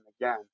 again